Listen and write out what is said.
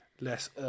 less